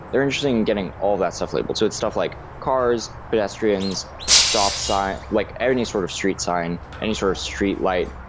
they're interesting in getting all that stuff labeled. so it's stuff like cars, pedestrians, stop sign, like any sort of street sign, any sort of streetlight,